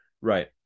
Right